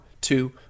two